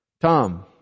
Tom